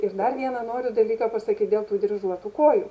ir dar vieną noriu dalyką pasakyt dėl tų dryžuotų kojų